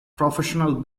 professional